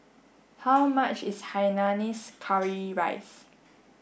how much is Hainanese curry rice